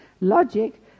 logic